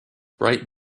bright